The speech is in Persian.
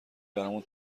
برامون